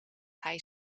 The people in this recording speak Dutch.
hij